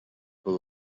con